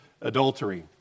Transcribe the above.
adultery